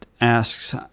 asks